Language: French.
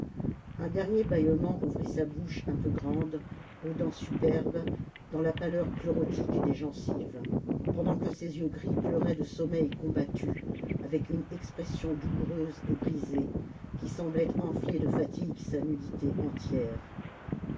un dernier bâillement ouvrit sa bouche un peu grande aux dents superbes dans la pâleur chlorotique des gencives pendant que ses yeux gris pleuraient de sommeil combattu avec une expression douloureuse et brisée qui semblait enfler de fatigue sa nudité entière